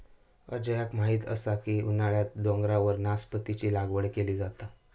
अजयाक माहीत असा की उन्हाळ्यात डोंगरावर नासपतीची लागवड केली जाता